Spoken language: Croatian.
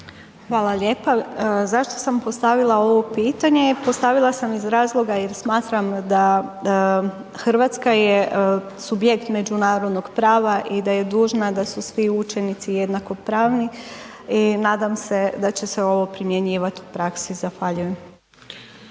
Hvala lijepa. Zašto sam postavila ovo pitanje? Postavila sam iz razloga jer smatram da Hrvatska je subjekt međunarodnog prava i da je dužna da su svi učenici jednakopravni i nadam se da će se ovo primjenjivati u praksi. Zahvaljujem.